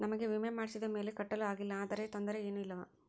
ನಮಗೆ ವಿಮೆ ಮಾಡಿಸಿದ ಮೇಲೆ ಕಟ್ಟಲು ಆಗಿಲ್ಲ ಆದರೆ ತೊಂದರೆ ಏನು ಇಲ್ಲವಾ?